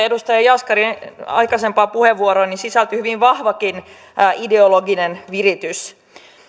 edustaja jaskarin aikaisempaan puheenvuoroon sisältyy hyvin vahvakin ideologinen viritys